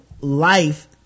life